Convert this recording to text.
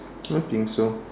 I think so